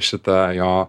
šitą jo